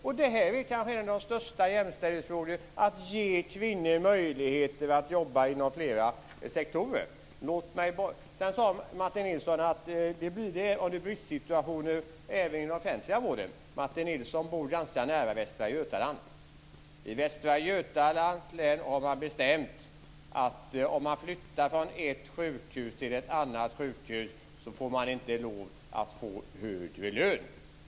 Att ge kvinnor möjligheter att jobba inom flera sektorer är kanske en av de viktigaste jämställdhetsfrågorna. Sedan sade Martin Nilsson att det blir konkurrens även inom den offentliga vården i bristsituationer. Martin Nilsson bor ganska nära Västra Götaland. I Västra Götalands län har man bestämt att den som flyttar från ett sjukhus till ett annat inte får högre lön.